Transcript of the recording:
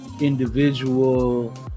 individual